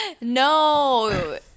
No